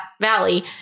valley